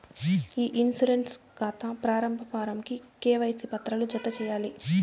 ఇ insurance కాతా ప్రారంబ form కి కేవైసీ పత్రాలు జత చేయాలి